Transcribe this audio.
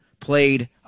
played